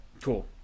Cool